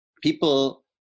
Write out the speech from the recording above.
People